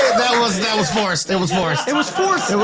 that was that was forced, it was forced. it was forced. it was